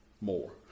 more